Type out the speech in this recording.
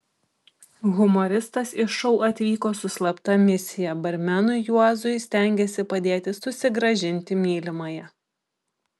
humoristas į šou atvyko su slapta misija barmenui juozui stengėsi padėti susigrąžinti mylimąją